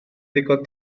ddigon